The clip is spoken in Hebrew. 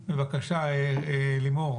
בבקשה, לימור.